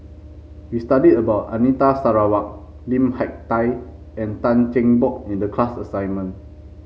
we studied about Anita Sarawak Lim Hak Tai and Tan Cheng Bock in the class assignment